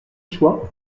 choix